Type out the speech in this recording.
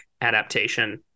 Adaptation